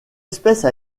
espèce